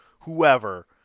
whoever